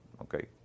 okay